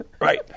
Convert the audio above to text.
Right